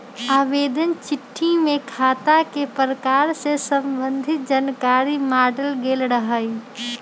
आवेदन चिट्ठी में खता के प्रकार से संबंधित जानकार माङल गेल रहइ